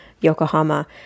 Yokohama